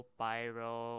pyro